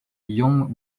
young